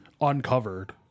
Uncovered